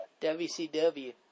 WCW